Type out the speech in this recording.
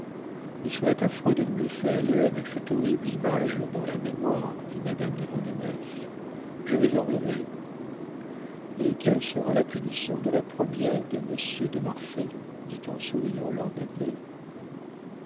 il serait affreux de nous laisser aller avec cette horrible image dans la mémoire dit madame de vandenesse je vais en rêver et quelle sera la punition de la première de monsieur de marsay dit en souriant lord dudley